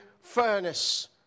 furnace